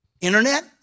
Internet